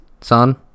son